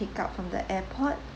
pick up from the airport